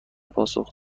پاسخ